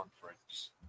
conference